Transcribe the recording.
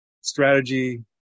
strategy